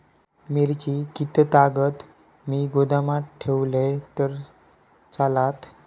मिरची कीततागत मी गोदामात ठेवलंय तर चालात?